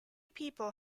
people